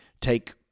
take